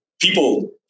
people